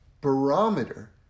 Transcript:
barometer